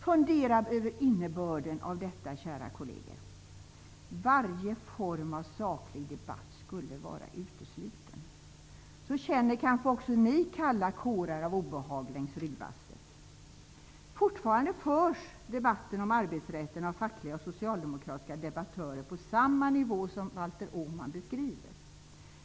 Fundera över innebörden av orden, kära kolleger: varje form av saklig debatt skulle vara utesluten. Då känner kanske också ni kalla kårar av obehag längs ryggbastet. Fortfarande förs debatten om arbetsrätten av fackliga och socialdemokratiska debattörer på samma nivå som Valter Åman beskriver.